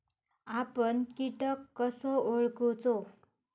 आपन कीटक कसो ओळखूचो?